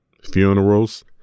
Funerals